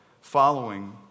following